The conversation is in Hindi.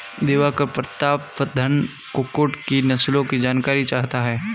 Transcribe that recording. दिवाकर प्रतापधन कुक्कुट की नस्लों की जानकारी चाहता है